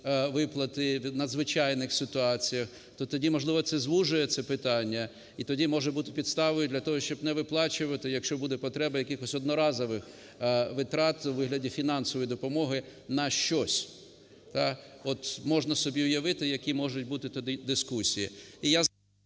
виплати в надзвичайних ситуаціях. То тоді, можливо, це, можливо, звужує це питання, і тоді може бути підставою не виплачувати, якщо буде потреба, якихось одноразових витрат у вигляді фінансової допомоги на щось. Можна собі уявити, які можуть бути тоді дискусії.